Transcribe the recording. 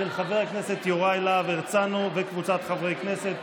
של חבר הכנסת יוראי להב הרצנו וקבוצת חברי הכנסת.